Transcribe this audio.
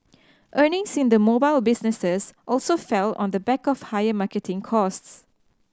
earnings in the mobile businesses also fell on the back of higher marketing costs